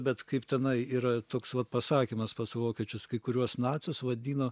bet kaip tenai yra toks va pasakymas pas vokiečius kai kuriuos nacius vadino